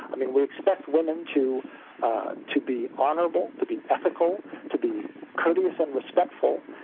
i mean we expect women to to be honorable, to be ethical, to be courteous and respectful,